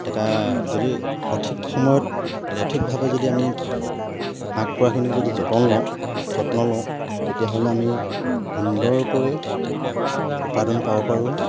এটা যদি সঠিক সময়ত সঠিকভাৱে যদি আমি হাঁহ কুকুৰাখিনিক যদি যতন লওঁ যত্ন লওঁ তেতিয়াহ'লে আমি সুন্দৰকৈ উৎপাদন পাব পাৰোঁ